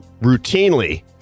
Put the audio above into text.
routinely